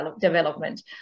development